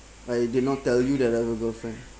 I did not tell you that I have a girlfriend